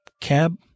cab